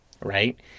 Right